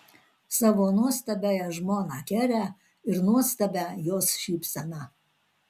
savo nuostabiąją žmoną kerę ir nuostabią jos šypseną